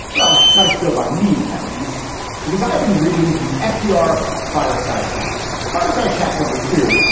well, not spiel by me, at least because i've been reading the fdr fireside chats, fireside chat. number two,